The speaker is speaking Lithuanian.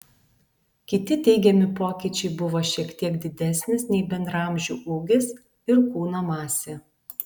kiti teigiami pokyčiai buvo šiek tiek didesnis nei bendraamžių ūgis ir kūno masė